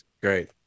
Great